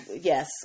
yes